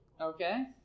Okay